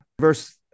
verse